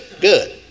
good